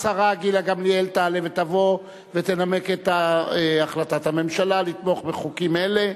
השרה גילה גמליאל תעלה ותבוא ותנמק את החלטת הממשלה לתמוך בחוקים אלה.